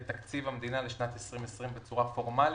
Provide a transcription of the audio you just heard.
תקציב המדינה לשנת 2020 בצורה פורמלית,